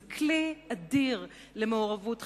זה כלי אדיר למעורבות חברתית,